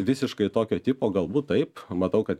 visiškai tokio tipo galbūt taip matau kad